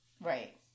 Right